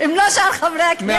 אם לא שאר חברי הכנסת.